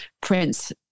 Prince